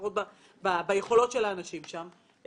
לפחות ביכולות של האנשים שם,